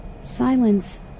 Silence